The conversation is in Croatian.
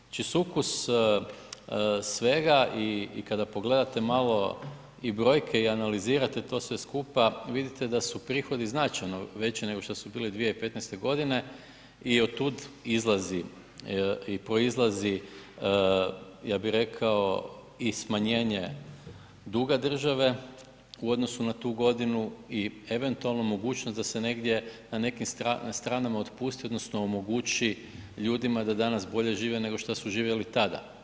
Znači sukus svega i kada pogledate malo i brojke i analizirate to sve skupa vidite da su prihodi značajno veći nego što su bili 2015. godine i od tud izlazi i poizlazi ja bih rekao i smanjenje duga države u odnosu na tu godinu i eventualno mogućnost da se negdje na nekim stranama otpusti odnosno omogući ljudi da danas bolje žive nego što su živjeli tada.